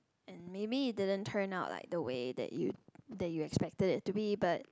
and maybe it didn't turn out like the way that you that you expected it to be but